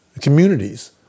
communities